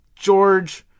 George